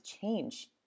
change